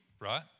right